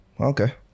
Okay